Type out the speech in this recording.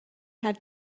have